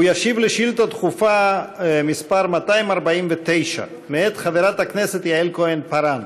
הוא ישיב על שאילתה דחופה מס' 249 מאת חברת הכנסת יעל כהן-פארן.